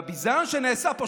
והביזיון שנעשה פה,